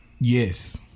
yes